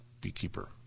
beekeeper